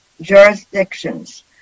jurisdictions